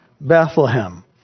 Bethlehem